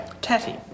tatty